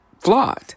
flawed